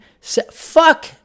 Fuck